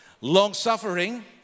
long-suffering